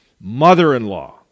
mother-in-law